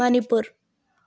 Manipur